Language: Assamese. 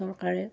চৰকাৰে